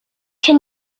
can